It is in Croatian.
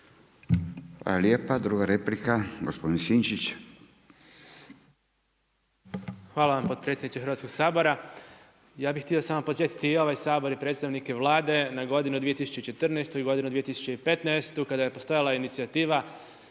Ivan Vilibor (Živi zid)** Hvala vam potpredsjedniče Hrvatskog sabora. Ja bi htio samo podsjetiti i ovaj Sabor i predstavnike Vlade na godinu 2014. i godinu 2015. kada je postojala inicijativa,